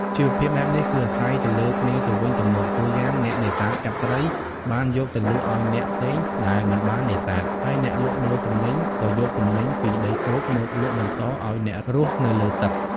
ជីវភាពបែបនេះគឺអាស្រ័យទៅលើគ្នាទៅវិញទៅមក តួយ៉ាងអ្នកនេសាទចាប់ត្រីបានយកទៅលក់ឲ្យអ្នកផ្សេងដែលមិនបាននេសាទ ហើយអ្នកលក់ដូរទំនិញក៏យកទំនិញពីដីគោកមកលក់បន្តឲ្យអ្នករស់នៅលើទឹក។